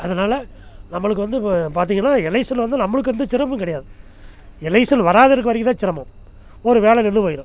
அதனால் நம்மளுக்கு வந்து பார்த்திங்கன்னா எலக்ஷன் வந்து நம்மளுக்கு வந்து சிரமம் கிடையாது எலக்ஷன் வராத இருக்க வரைக்குந்தான் சிரமம் ஒரு வேலை நின்று போயிடும்